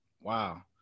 Wow